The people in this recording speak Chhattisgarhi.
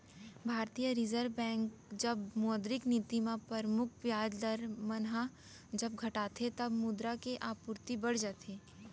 भारतीय रिर्जव बेंक जब मौद्रिक नीति म परमुख बियाज दर मन ह जब घटाथे तब मुद्रा के आपूरति बड़ जाथे